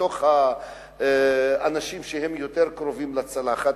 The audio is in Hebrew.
בין האנשים שהם יותר קרובים לצלחת,